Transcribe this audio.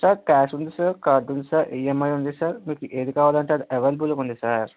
sir cash ఉంది sir card ఉంది sir EMI ఉంది సార్ మీకు ఏది కావాలంటే అది అవైలబుల్గా ఉంది సార్